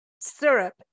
syrup